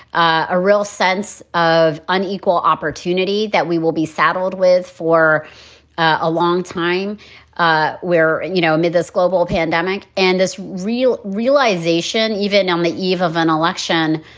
a real sense of unequal opportunity that we will be saddled with for a long time ah where, you know, amid this global pandemic and this real realization, even on the eve of an election,